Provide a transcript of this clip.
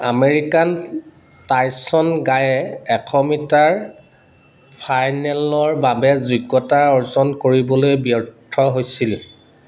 American Tyson গায়ে এশ metre ফাইনেলৰ বাবে যোগ্যতা অৰ্জন কৰিবলৈ ব্যৰ্থ হৈছিল